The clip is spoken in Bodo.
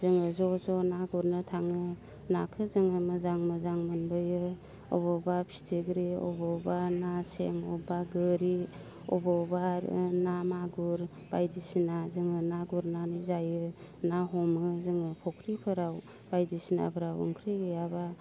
जोङो ज'ज' ना गुरनो थाङो नाखो जोङो मोजां मोजां मोनबोयो अबावबा फिथिख्रि अबावबा नासें अबावबा गोरि अबावबा ना मागुर बायदिसिना जोङो ना गुरनानै जायो ना हमो जोङो फुख्रिफोरा बायदिसिनाफ्राव ओंख्रि गैयाब्ला